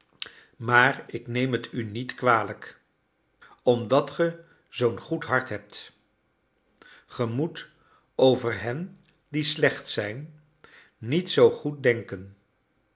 maar ik neem het u niet kwalijk omdat ge zoo'n goed hart hebt ge moet over hen die slecht zijn niet zoo goed denken